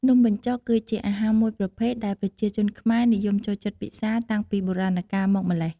នំបញ្ចុកគឺជាអាហារមួយប្រភេទដែលប្រជាជនខ្មែរនិយមចូលចិត្តពិសាតាំងពីបុរាណកាលមកម្ល៉េះ។